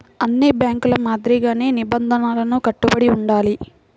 అన్ని బ్యేంకుల మాదిరిగానే నిబంధనలకు కట్టుబడి ఉండాలి